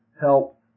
help